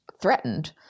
threatened